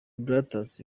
brothers